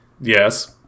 yes